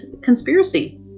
conspiracy